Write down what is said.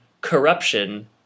corruption